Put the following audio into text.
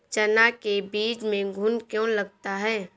चना के बीज में घुन क्यो लगता है?